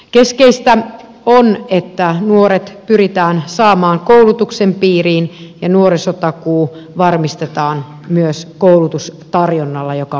keskeistä on että nuoret pyritään saamaan koulutuksen piiriin ja nuorisotakuu varmistetaan myös koulutustarjonnalla joka on riittävää